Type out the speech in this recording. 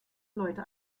leute